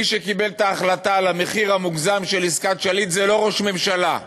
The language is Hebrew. מי שקיבל את ההחלטה על המחיר המוגזם של עסקת שליט זה לא ראש ממשלה,